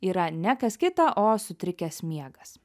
yra ne kas kita o sutrikęs miegas